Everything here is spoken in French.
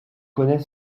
connais